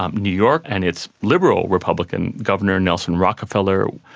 um new york and its liberal republican governor, nelson rockefeller,